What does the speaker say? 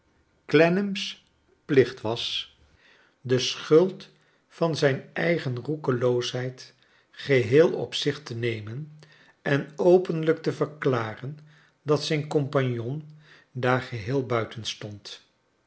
clennam's plicht was de schuld van zijn eigen roekeloosheid geheel op zich te nemen en openlijk te verklaren dat zijn compagnon daar geheel buiten stond